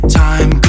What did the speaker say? time